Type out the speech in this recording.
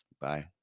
Bye